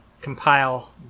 compile